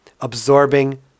absorbing